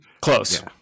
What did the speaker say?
close